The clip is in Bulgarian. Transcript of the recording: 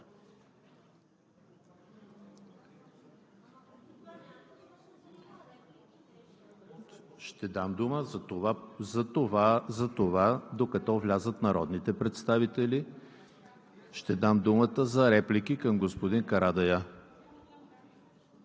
ще дам думата за реплики към господин Карадайъ.